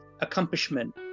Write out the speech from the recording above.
accomplishment